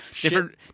Different